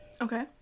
Okay